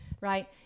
right